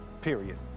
Period